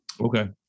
Okay